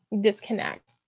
disconnect